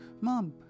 Mom